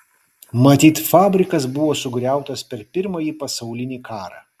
matyt fabrikas buvo sugriautas per pirmąjį pasaulinį karą